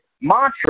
Mantra